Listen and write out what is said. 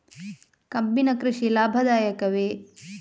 ಕಬ್ಬಿನ ಕೃಷಿ ಲಾಭದಾಯಕವೇ?